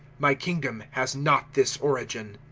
my kingdom has not this origin.